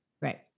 right